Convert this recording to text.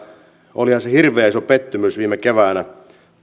olihan se hirveän iso pettymys viime keväänä